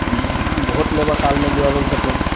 vote लेबऽ कालमे जे अबैत छथिन